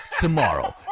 Tomorrow